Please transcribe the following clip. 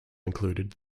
included